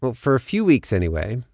but for a few weeks, anyway,